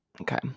Okay